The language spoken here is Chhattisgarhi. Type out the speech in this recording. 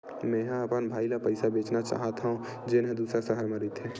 मेंहा अपन भाई ला पइसा भेजना चाहत हव, जेन हा दूसर शहर मा रहिथे